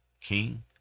King